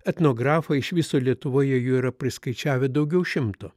etnografai iš viso lietuvoje jų yra priskaičiavę daugiau šimto